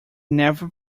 never